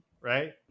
right